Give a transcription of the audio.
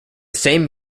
same